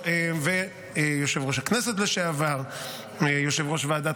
יושב-ראש הכנסת לשעבר ויושב-ראש ועדת